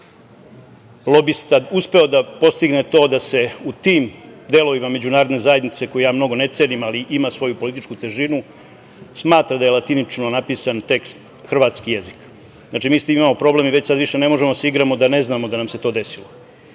lobista uspeo da postigne to da se u tim delovima međunarodne zajednice, koji ja mnogo ne cenim, ali ima svoju političku težinu, smatra da je latinično napisan tekst hrvatski jezik. Znači, mi sa tim imamo problem i već sada ne možemo da se igramo, da ne znamo da nam se to desilo.S